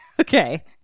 Okay